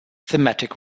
thematic